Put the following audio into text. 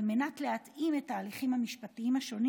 על מנת להתאים את ההליכים המשפטיים השונים